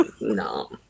no